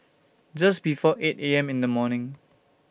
Just before eight A M in The morning